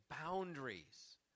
boundaries